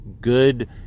good